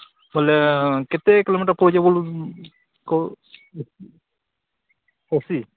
ବୋଲେ କେତେ କିଲୋମିଟର୍ ଅଶୀ